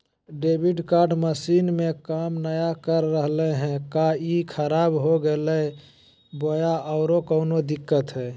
Debit card machine में काम नाय कर रहले है, का ई खराब हो गेलै है बोया औरों कोनो दिक्कत है?